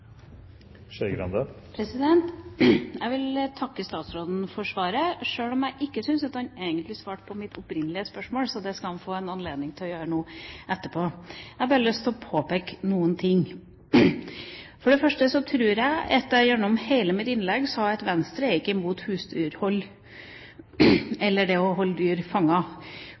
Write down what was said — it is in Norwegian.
Jeg vil takke statsråden for svaret, sjøl om jeg ikke syns at han egentlig svarte på mitt opprinnelige spørsmål. Så det skal han få anledning til å gjøre nå etterpå. Jeg har bare lyst til å påpeke noen ting. For det første tror jeg at jeg gjennom hele mitt innlegg sa at Venstre er ikke imot husdyrhold eller det å holde dyr